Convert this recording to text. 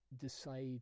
decide